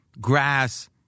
grass